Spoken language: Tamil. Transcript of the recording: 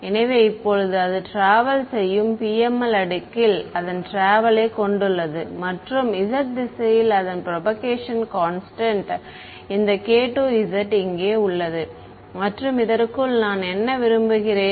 எனவே இப்போது அது ட்ராவல் செய்யும் PML அடுக்கில் அதன் ட்ராவலை கொண்டுள்ளது மற்றும் z திசையில் அதன் புரபகேஷன் கான்ஸ்டன்ட் இந்த k2z இங்கே உள்ளது மற்றும் இதற்குள் நான் என்ன விரும்புகிறேன்